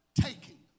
taking